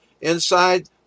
inside